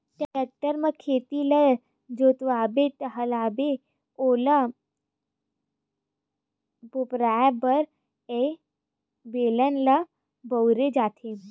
tractor म खेत ल जोतवाबे ताहाँले ओला कोपराये बर ए बेलन ल बउरे जाथे